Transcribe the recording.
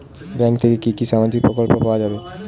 Bank থেকে কি কি সামাজিক প্রকল্প পাওয়া যাবে?